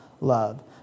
love